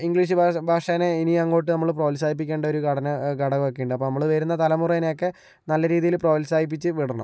English ഭാഷ തന്നെ ഇനി അങ്ങോട്ട് നമ്മള് പ്രോത്സാഹിപ്പിക്കേണ്ട ഒരു ഘടന ഘടകം ഒക്കെ ഉണ്ട് അപ്പം നമ്മള് വരുന്ന തലമുറയിനെ ഒക്കെ നല്ല രീതിയില് പ്രോത്സാഹിപ്പിച്ച് വിടണം